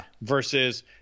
versus